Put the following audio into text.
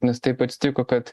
nes taip atsitiko kad